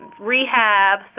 rehab